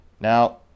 Now